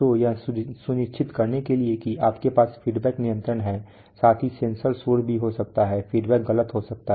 तो यह सुनिश्चित करने के लिए कि आपके पास फीडबैक नियंत्रण है साथ ही सेंसर डिस्टरबेंस भी हो सकता है फीडबैक गलत हो सकता है